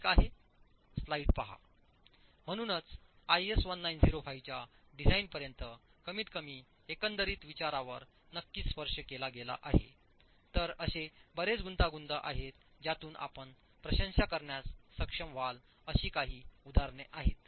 ठीक आहे म्हणूनच आयएस 1905 च्या डिझाइनपर्यंत कमीतकमी एकंदरीत विचारांवर नक्कीच स्पर्श केला गेला आहे तर असे बरेच गुंतागुंत आहेत ज्यातून आपण प्रशंसा करण्यास सक्षम व्हाल अशी काही उदाहरणे आहेत